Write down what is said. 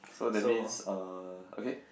so that means uh okay